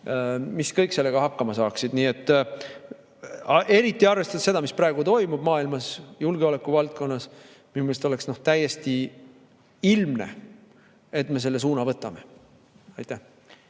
mis kõik sellega hakkama saaksid. Nii et eriti arvestades seda, mis praegu toimub maailmas julgeoleku valdkonnas, oleks minu meelest täiesti ilmne, et me selle suuna võtame. Aitäh!